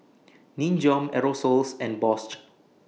Nin Jiom Aerosoles and Bosch